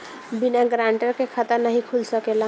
बिना गारंटर के खाता नाहीं खुल सकेला?